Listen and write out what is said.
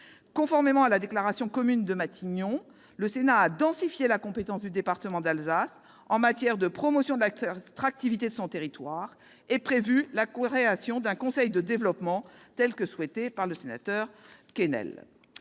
Conformément à la déclaration commune de Matignon, le Sénat a densifié la compétence du département d'Alsace en matière de promotion de l'attractivité de son territoire et prévu la création d'un conseil de développement tel que souhaité par le sénateur Kennel.